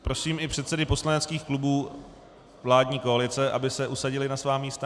Prosím i předsedy poslaneckých klubů vládní koalice, aby se usadili na svá místa.